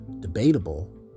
debatable